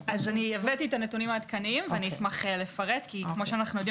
הבאתי את הנתונים העדכניים ואשמח לפרט כי כפי שאנו יודעים